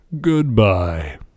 Goodbye